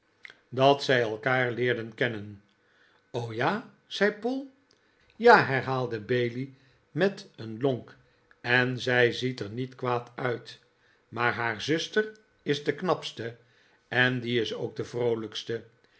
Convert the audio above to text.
leerden kennen ja zei paul ja herhaalde bailey met een lonk en zij ziet er niet kwaad uit maar haar zuster is de knapste en die is ook de vroolijkste